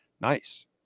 Nice